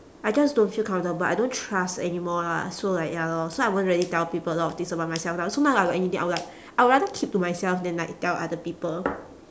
I just don't feel comfortable I don't trust anymore lah so like ya lor so I won't really tell people a lot of things about myself now so now if I got anything I will like I would rather keep to myself than like tell other people